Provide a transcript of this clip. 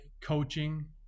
coaching